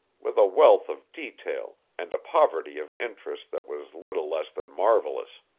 with a wealth of detail and a poverty of interest that was little less than marvelous.